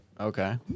okay